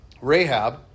Rahab